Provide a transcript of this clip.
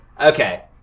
Okay